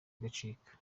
igacika